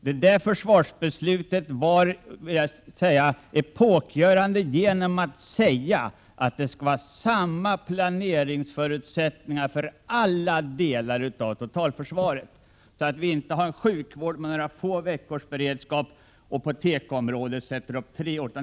Fjolårets försvarsbeslut var epokgörande genom att utgå från att det skall vara samma planeringsförutsättningar för alla delar av totalförsvaret, så att vi inte har en sjukvård med några få veckors beredskap och på tekoområdet sätter upp tre år.